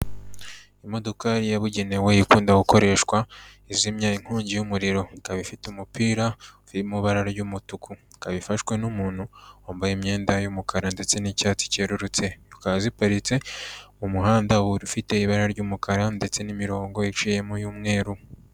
Imodoka yabugenewe ikunda gukoreshwa izimya inkongi y'umuriro, ikaba ifite umupira uri mu ibara ry'umutuku, ikaba ifashwe n'umuntu wambaye imyenda y'umukara ndetse n'icyatsi cyerurutse, zikaba ziparitse mu muhanda ufite ibara ry'umukara ndetse n'imirongo iciyemo y'umweru.